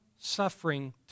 suffering